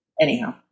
Anyhow